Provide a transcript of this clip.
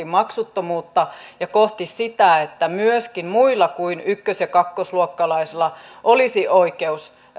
maksuttomuutta ja kohti sitä että myöskin muilla kuin ykkös ja kakkosluokkalaisilla olisi oikeus